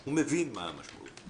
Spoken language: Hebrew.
הוא מבין מה המשמעות.